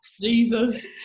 Jesus